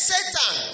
Satan